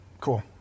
cool